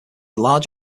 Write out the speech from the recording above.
large